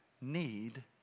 need